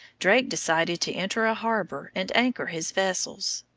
drake decided to enter a harbor and anchor his vessels.